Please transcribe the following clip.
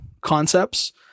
concepts